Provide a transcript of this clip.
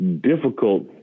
difficult